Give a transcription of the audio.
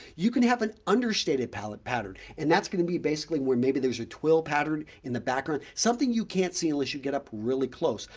you can have an understated palette pattern and that's going to be basically where maybe there's a twill pattern in the background, something you can't see unless you get up really close.